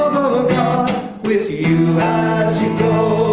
god with you as you go.